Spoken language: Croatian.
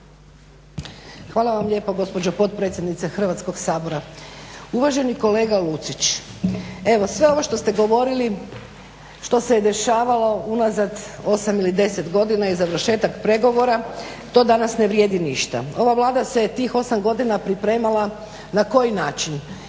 Hvala vam lijepo gospođo potpredsjednice Hrvatskog sabora. Uvaženi kolega Lucić, evo sve ovo što ste govorili, što se je dešavalo unazad 8 ili 10 godina i završetak pregovora to danas ne vrijedi ništa. Ova Vlada se je tih 8 godina pripremala na koji način,